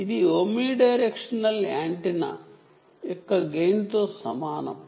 ఇది omni directional antenna యొక్కగెయిన్ తో సమానం